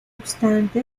obstante